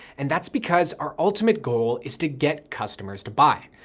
and that's because our ultimate goal is to get customers to buy,